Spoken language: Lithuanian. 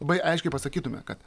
labai aiškiai pasakytume kad